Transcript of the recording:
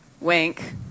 Wink